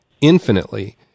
infinitely